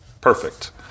perfect